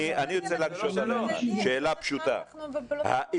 אני רוצה להקשות עליך שאלה פשוטה: אם